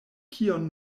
kion